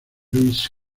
louisa